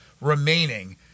remaining